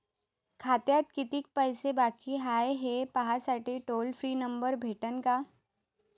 खात्यात कितीकं पैसे बाकी हाय, हे पाहासाठी टोल फ्री नंबर भेटन का?